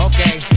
Okay